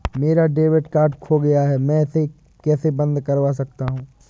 मेरा debit card खो गया है मैं इसे कैसे बंद करवा सकता हूँ?